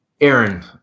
Aaron